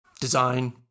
design